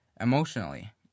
emotionally